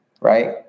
Right